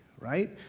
right